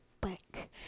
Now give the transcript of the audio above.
back